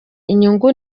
inyungu